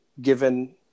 given